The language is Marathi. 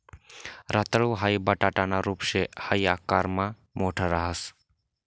रताळू हाई बटाटाना रूप शे हाई आकारमा मोठ राहस